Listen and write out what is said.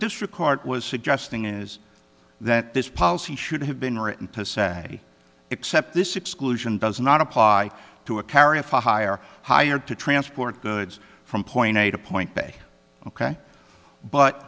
district court was suggesting is that this policy should have been written to say except this exclusion does not apply to a carrier for hire hired to transport goods from point a to point b ok but